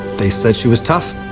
they said she was tough,